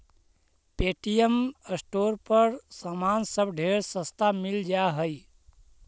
Paytm store पर समान सब ढेर सस्ता मिल जा हई